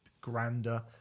grander